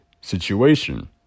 situation